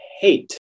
hate